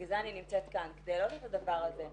בגלל זה אני נמצאת כאן, כדי להעלות את הדבר הזה.